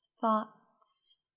thoughts